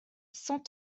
cent